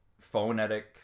phonetic